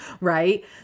right